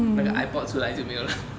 那个 iPod 出来就没有了